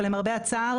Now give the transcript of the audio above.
אבל למרבה הצער